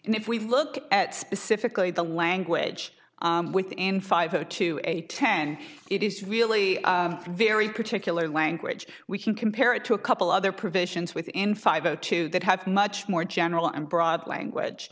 and if we look at specifically the language within five zero two eight ten it is really a very particular language we can compare it to a couple other provisions within five o two that have much more general and broad language